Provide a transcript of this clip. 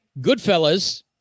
Goodfellas